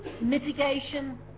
mitigation